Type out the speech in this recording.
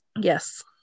Yes